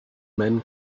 men